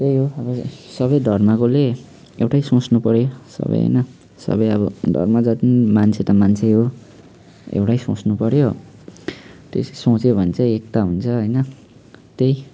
त्यही हो अब सबै धर्मकोले एउटै सोच्नुपऱ्यो सबै होइन सबै अब धर्म जति मान्छे त मान्छे हो एउटै सोच्नुपऱ्यो त्यसै सोच्यो भने चाहिँ एकता हुन्छ होइन त्यही